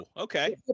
Okay